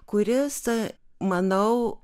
kuris manau